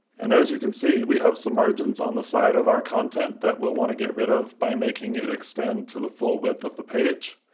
and as you can see, we have some margins on the side of our content that we'll want to get rid of by making it extend to the full width of the page.